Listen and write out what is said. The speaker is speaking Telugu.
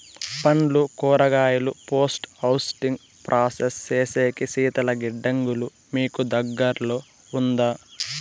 పండ్లు కూరగాయలు పోస్ట్ హార్వెస్టింగ్ ప్రాసెస్ సేసేకి శీతల గిడ్డంగులు మీకు దగ్గర్లో ఉందా?